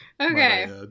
Okay